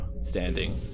standing